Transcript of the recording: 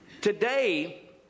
Today